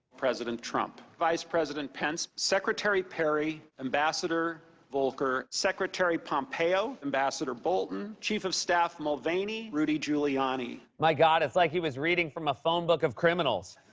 president trump, vice president pence, secretary perry, ambassador volker, secretary pompeo, ambassador bolton, chief of staff mulvaney, rudy giuliani. my god, it's like he was reading from a phone book of criminals.